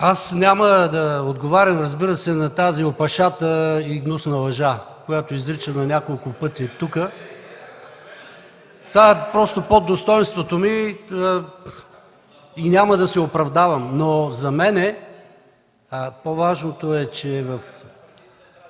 Аз няма да отговарям, разбира се, на тази опашата и гнусна лъжа, която е изричана няколко пъти тук. Това просто е под достойнството ми и няма да се оправдавам. (Реплики от ДПС.) За мен по-важното е, че в